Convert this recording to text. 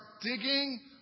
digging